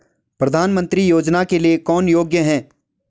प्रधानमंत्री योजना के लिए कौन योग्य है?